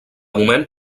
moment